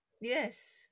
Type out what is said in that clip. yes